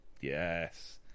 Yes